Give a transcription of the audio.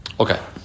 Okay